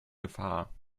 gefahr